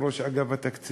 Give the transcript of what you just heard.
יושב-ראש אגף התקציבים,